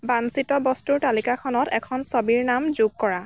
বাঞ্ছিত বস্তুৰ তালিকাখনত এখন ছবিৰ নাম যোগ কৰা